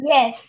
Yes